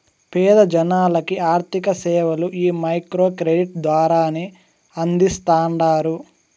పేద జనాలకి ఆర్థిక సేవలు ఈ మైక్రో క్రెడిట్ ద్వారానే అందిస్తాండారు